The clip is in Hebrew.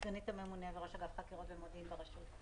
סגנית הממונה וראש אגף חקירות ומודיעין ברשות.